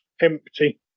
Empty